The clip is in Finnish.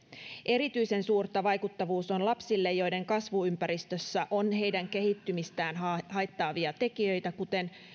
erityisen suurta vaikuttavuus on lapsille joiden kasvuympäristössä on heidän kehittymistään haittaavia tekijöitä kuten